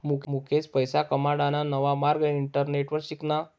मुकेश पैसा कमाडाना नवा मार्ग इंटरनेटवर शिकना